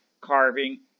carving